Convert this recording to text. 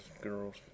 girls